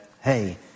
hey